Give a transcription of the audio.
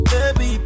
Baby